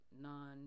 non